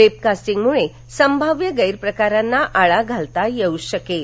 वेबकास्टिंगमुळे संभाव्य गैरप्रकारांना आळा घालता येऊ शकेल